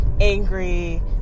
angry